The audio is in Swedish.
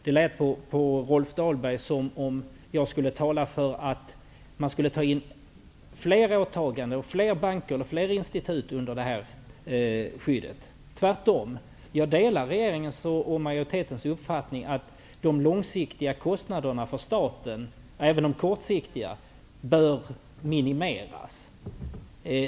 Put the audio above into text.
Det lät på Rolf Dahlberg som att jag skulle tala för att man skall göra fler åtaganden och ta in fler banker eller fler institut under detta skydd. Tvärtom. Jag delar regeringens och majoritetens uppfattning att statens långsiktiga kostnader, och även de kortsiktiga, bör minimeras.